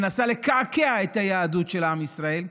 מנסה לקעקע את היהדות של עם ישראל,